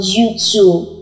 YouTube